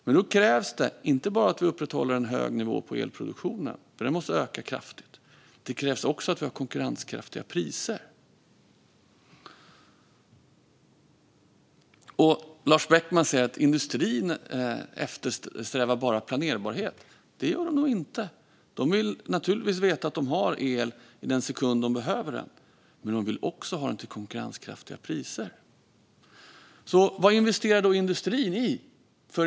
Men då krävs det inte bara att vi upprätthåller en hög nivå på elproduktionen, som måste öka kraftigt, utan också att vi har konkurrenskraftiga priser. Lars Beckman säger att industrin bara eftersträvar planerbarhet. Så är det nog inte. De vill naturligtvis veta att de kommer att ha el i den sekund de behöver den, men de vill också ha den till konkurrenskraftiga priser. Vad investerar då industrin i?